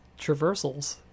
traversals